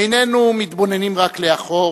איננו מתבוננים רק לאחור